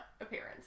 appearance